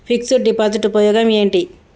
Fix డ్ deposit ఉపయోగం ఏంటి?